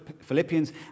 Philippians